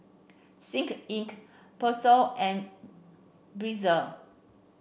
Sick Inc Persil and Breezer